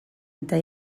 eta